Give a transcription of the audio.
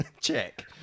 check